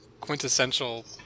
quintessential